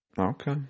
Okay